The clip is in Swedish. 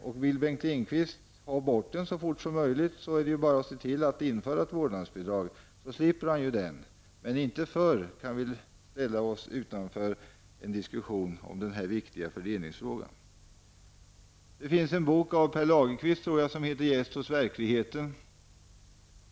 Om Bengt Lindqvist vill ha bort denna diskussion så fort som möjligt är det bara att se till att införa ett vårdnadsbidrag så slipper han den. Men vi kan inte ställa oss utanför en diskussion om denna viktiga fördelningsfråga förrän så har skett. Pär Lagerkvist har skrivit en bok som heter Gäst hos verkligheten.